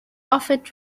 offered